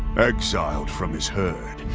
exiled from his herd,